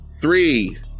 three